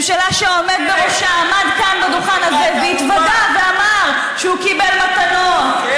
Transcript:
ממשלה שהעומד בראשה עמד כאן על הדוכן והתוודה ואמר שהוא קיבל מתנות,